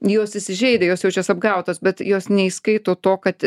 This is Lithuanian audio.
jos įsižeidę jos jaučiasi apgautos bet jos neįskaito to kad